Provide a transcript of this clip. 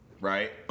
right